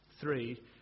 three